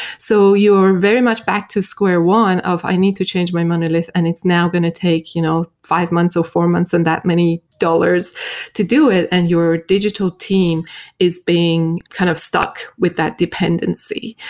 so you're very much back to square one of i need to change my monolith and it's now going to take you know five months or four months and that many dollars to do it, and your digital team is being kind of stuck with that dependency.